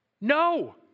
No